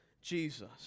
Jesus